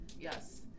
yes